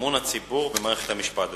אמון הציבור במערכת המשפט.